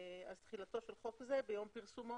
תחילתו של חוק זה ביום פרסומו,